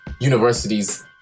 universities